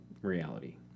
reality